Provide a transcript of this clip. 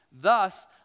thus